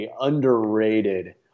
underrated